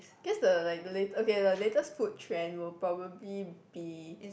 just the like the late~ okay the latest food trend will probably be